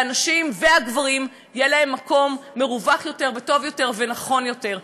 ולנשים ולגברים יהיה מקום מרווח יותר וטוב יותר ונכון יותר.